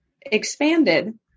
expanded